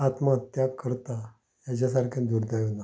आत्महत्या करता हाज्या सारकें दुर्दैव ना